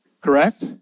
Correct